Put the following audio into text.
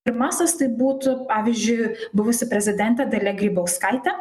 pirmasis tai būtų pavyzdžiui buvusi prezidentė dalia grybauskaitė